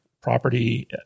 property